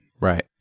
Right